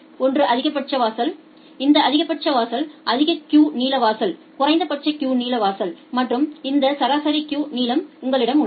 ஒன்று அதிகபட்ச வாசல் இந்த அதிகபட்ச வாசல் அதிகபட்ச கியூ நீள வாசல் குறைந்தபட்ச கியூ நீள வாசல் மற்றும் இந்த சராசரி கியூங் நீளம் உங்களிடம் உள்ளது